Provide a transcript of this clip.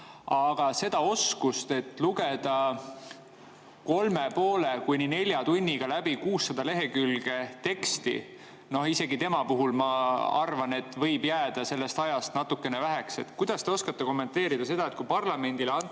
Aga oskus lugeda kolme ja poole kuni nelja tunniga läbi 600 lehekülge teksti – no isegi tema puhul ma arvan, et võib jääda sellest ajast natukene väheks. Kuidas te oskate kommenteerida seda, et kui parlamendile antakse